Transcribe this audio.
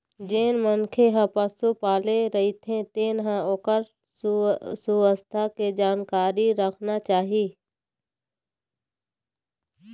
जेन मनखे ह पशु पाले रहिथे तेन ल ओखर सुवास्थ के जानकारी राखना चाही